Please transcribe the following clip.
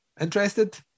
interested